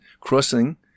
crossing